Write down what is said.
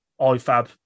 IFAB